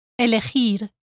elegir